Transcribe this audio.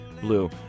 Blue